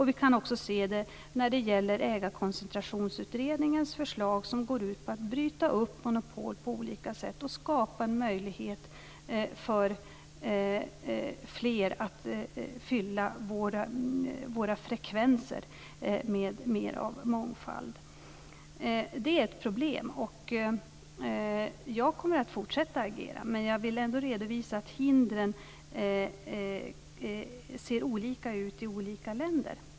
Vi kan också se det i Ägarkoncentrationsutredningens förslag, som går ut på att bryta upp monopol på olika sätt och på att skapa en möjlighet att fylla våra frekvenser med mer av mångfald. Det är ett problem. Jag kommer att fortsätta att agera, men jag vill ändå redovisa att det ser olika ut i olika länder.